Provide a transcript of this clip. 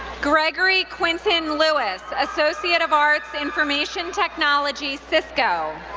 gregory quinton lewis, associate of arts, information technology, cisco.